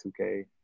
2K